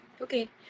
Okay